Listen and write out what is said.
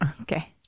okay